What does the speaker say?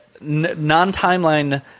non-timeline